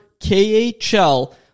KHL